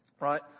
right